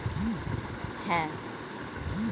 পুরো প্রসেস মেনে মদ বানানো হয়